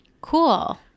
Cool